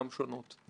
באמת אין כמוכם.